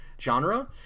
genre